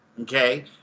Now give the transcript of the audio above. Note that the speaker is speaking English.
okay